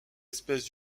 espèce